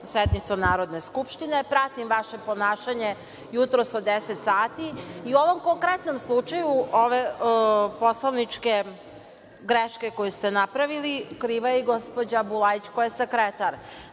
sednicom Narodne skupštine. Pratim vaše ponašanje jutros od 10.00 sati i u ovom konkretnom slučaju, ove poslovničke greške koje ste napravili, kriva je gospođa Bulajić, koja je sekretar. Naime,